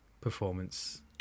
performance